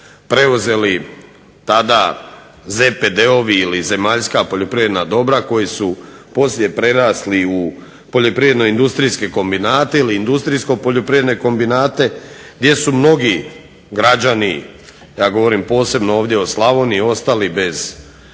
preuzeli tada ZPD-ovi ili zemaljska poljoprivredna dobra, koji su poslije prerasli u poljoprivredno-industrijske kombinate ili industrijsko-poljoprivredne kombinate, gdje su mnogi građani ja govorim posebno ovdje o Slavoniji, ostali bez svog